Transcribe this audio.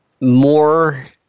more